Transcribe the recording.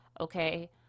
Okay